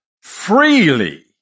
freely